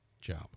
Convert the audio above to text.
job